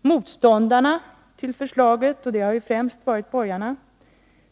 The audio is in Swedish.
Motståndarna till förslaget, främst borgarna,